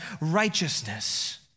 righteousness